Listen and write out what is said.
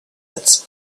its